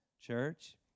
church